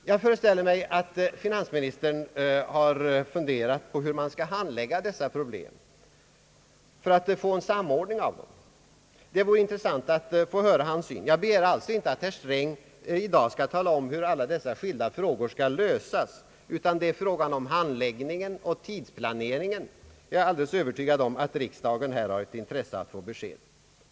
Jag föreställer mig att finansministern har funderat på hur dessa problem skall handläggas för att det skall ske en samordning av dem. Det vore intressant att få höra hans syn. Jag begär alltså inte att herr Sträng i dag skall tala om hur alla dessa skilda frågor skall lösas, utan det är fråga om handläggningen och tidsplaneringen. Jag är alldeles övertygad om att riksdagen har ett intresse att få besked härvidlag.